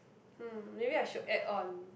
um maybe I should add on